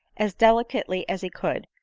as delicately as he could,